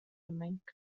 منك